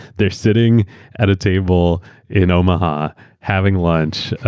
they're sitting at a table in omaha having lunch.